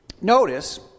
Notice